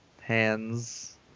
hands